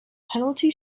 penalty